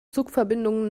zugverbindungen